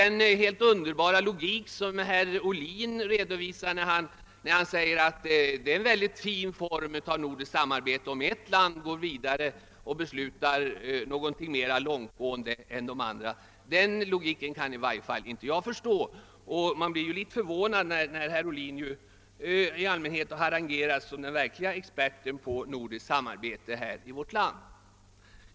Det var en helt underbar logik — en logik som i varje fall inte jag kan förstå — herr Ohlin redovisade, när han sade att det är en väldigt fin form av nordiskt samarbete om ett land går före och beslutar om någonting mer långtgående än de andra länderna. Man blir litet förvånad över ett sådant uttalande, eftersom herr Ohlin i allmänhtet harangeras som den verkliga experten på nordiskt samarbete. Herr talman!